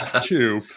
two